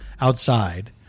outside